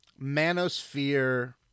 manosphere